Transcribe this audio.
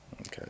Okay